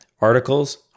articles